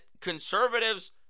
conservatives